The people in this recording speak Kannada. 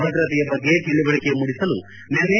ಭದ್ರತೆಯ ಬಗ್ಗೆ ತಿಳವಳಕೆ ಮೂಡಿಸಲು ನಿನ್ನೆ